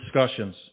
discussions